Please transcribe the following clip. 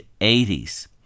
80s